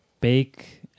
bake